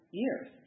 years